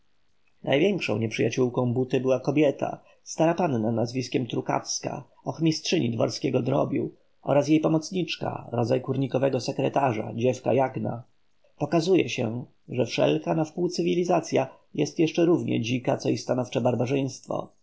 największą nieprzyjaciółką buty była kobieta stara panna nazwiskiem trukawska ochmistrzyni dworskiego drobiu oraz jej pomocniczka rodzaj kurnikowego sekretarza dziewka jagna pokazuje się że wszelka nawpół cywilizacya jest jeszcze równie dzika co i stanowcze